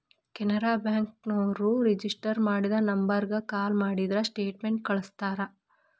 Canara bank ನೋರು register ಮಾಡಿದ ನಂಬರ್ಗ ಕಾಲ ಮಾಡಿದ್ರ ಸ್ಟೇಟ್ಮೆಂಟ್ ಕಳ್ಸ್ತಾರ